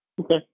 Okay